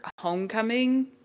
homecoming